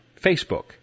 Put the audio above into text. Facebook